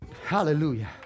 Hallelujah